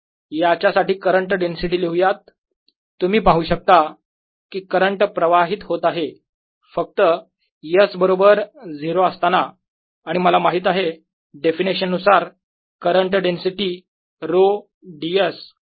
याच्यासाठी current density लिहुयात तुम्ही पाहू शकता कि करंट प्रवाहित होत आहे फक्त S बरोबर 0 असताना आणि मला माहित आहे डेफिनेशन नुसार करंट डेन्सिटी रो ds असायला हवा I